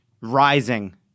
rising